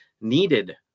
needed